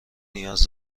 نیاز